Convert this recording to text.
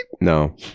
no